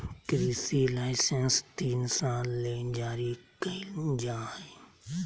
कृषि लाइसेंस तीन साल ले जारी कइल जा हइ